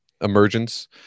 emergence